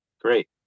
great